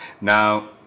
Now